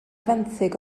fenthyg